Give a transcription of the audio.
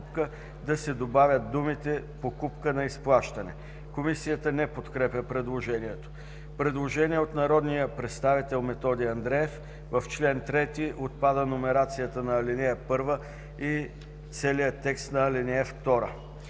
да се добавят думите „покупка на изплащане”. Комисията не подкрепя предложението. Предложение от народния представител Методи Андреев – в чл. 3 отпада номерацията на ал. 1 и целият текст на ал. 2.